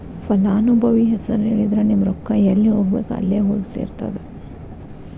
ಫಲಾನುಭವಿ ಹೆಸರು ಹೇಳಿದ್ರ ನಿಮ್ಮ ರೊಕ್ಕಾ ಎಲ್ಲಿ ಹೋಗಬೇಕ್ ಅಲ್ಲೆ ಹೋಗಿ ಸೆರ್ತದ